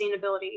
sustainability